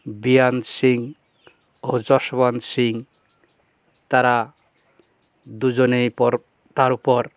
বিয়ান সিং ও জসবন্ত সিং তারা দুজনেই পর তার উপর